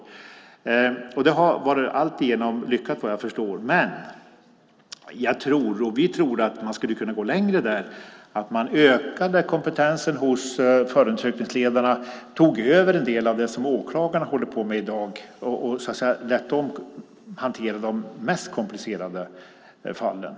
Alltigenom har det där, såvitt jag förstår, varit lyckat. Men vi tror att man skulle kunna gå längre och öka kompetensen hos förundersökningsledarna så att dessa kan ta över en del av det som åklagarna i dag håller på med så att de senare får hantera de mest komplicerade fallen.